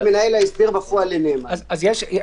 הצורך הוא לעדכן את ההפניה לרשימות של הנאמנים המפעילים